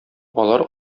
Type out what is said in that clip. алар